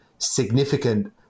significant